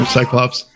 Cyclops